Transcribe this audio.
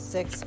Six